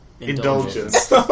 Indulgence